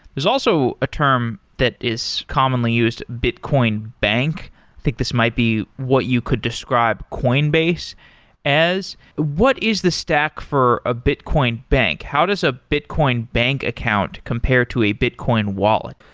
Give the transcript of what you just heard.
there's also a term that is commonly used, bitcoin bank. i think this might be what you could describe coinbase as. what is the stack for a bitcoin bank? how does a bitcoin bank account compared to a bitcoin wallet?